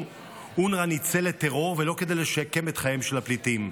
אונר"א ניצל לטרור ולא כדי לשקם את חייהם של הפליטים.